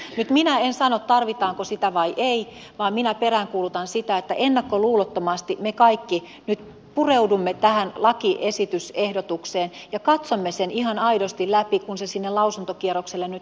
nyt minä en sano tarvitaanko sitä vai ei vaan minä peräänkuulutan sitä että ennakkoluulottomasti me kaikki nyt pureudumme tähän lakiehdotukseen ja katsomme sen ihan aidosti läpi kun se sinne lausuntokierrokselle nyt lähtee